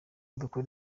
dukora